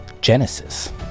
Genesis